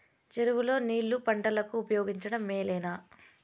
చెరువు లో నీళ్లు పంటలకు ఉపయోగించడం మేలేనా?